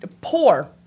poor